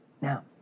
Now